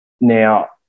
Now